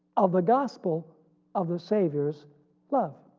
of the gospel of the savior's love.